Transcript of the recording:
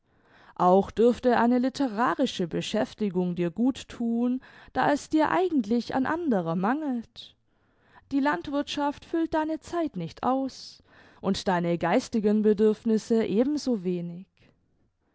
auch dürfte eine litterarische beschäftigung dir gut thun da es dir eigentlich an anderer mangelt die landwirthschaft füllt deine zeit nicht aus und deine geistigen bedürfnisse